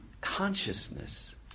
consciousness